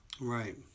Right